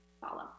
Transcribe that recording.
follow